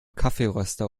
kaffeeröster